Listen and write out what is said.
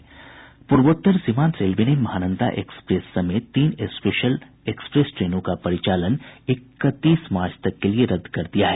पूर्वोत्तर सीमांत रेलवे ने महानंदा एक्सप्रेस समेत तीन स्पेशल एक्सप्रेस ट्रेनों का परिचालन इकतीस मार्च तक के लिए रद्द कर दिया है